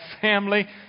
family